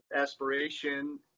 aspiration